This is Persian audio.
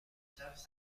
کرد